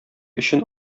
өчен